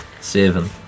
seven